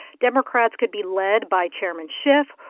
democrats could be led by chairman schiff,